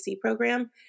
program